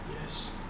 Yes